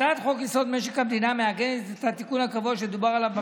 הצעת חוק-יסוד: משק המדינה מעגנת את התיקון הקבוע שדובר עליו.